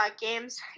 games